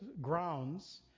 grounds